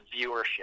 viewership